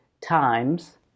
times